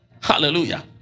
Hallelujah